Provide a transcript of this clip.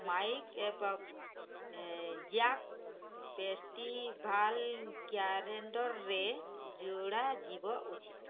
Mike ଏବକ୍ ଜ୍ୟାକ୍ festival କ୍ୟାରେଣ୍ଡର୍ରେ ଯୋଡ଼ାଯିବା ଉଚିତ୍